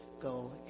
Go